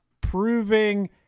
proving